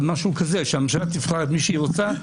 אבל משהו כזה שהממשלה תבחר את מי שהיא רוצה,